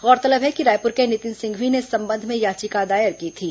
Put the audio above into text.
गौरतलब है कि रायपुर के नितिन सिंघवी ने इस संबंध में याचिका दायर की थी